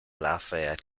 lafayette